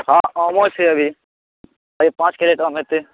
हँ आमो छै अभी अभी पाँच कैरेट आम होयतै